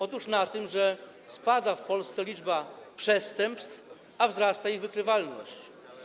Otóż na tym, że spada w Polsce liczba przestępstw, a wzrasta ich wykrywalność.